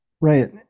right